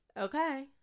Okay